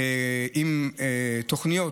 עם תוכניות.